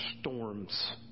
storms